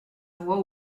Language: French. voix